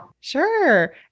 Sure